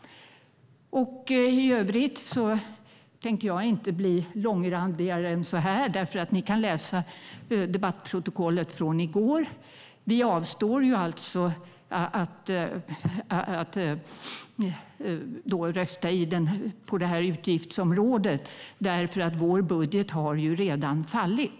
Jag tänker inte bli långrandigare än så här. Ni kan läsa debattprotokollet från i går. Vi avstår från att rösta på det här utgiftsområdet, eftersom vår budget redan har fallit.